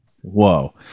Whoa